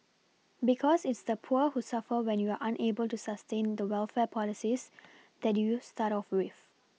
because it's the poor who suffer when you're unable to sustain the welfare policies that you start off with